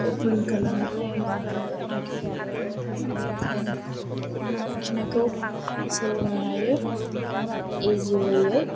अपेन खालामनानै होनो हायो कि बिसोरो जेन आखिनायखौ सोलोंनो हायो इजि वेयै